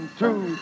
two